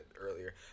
earlier